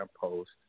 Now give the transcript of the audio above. post